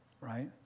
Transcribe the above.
right